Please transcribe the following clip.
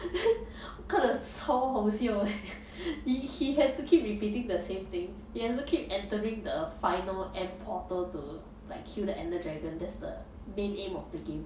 then 我看到超好笑 eh he he has to keep repeating the same thing he has to keep entering the final end portal to like kill the ender dragon that's the main aim of the game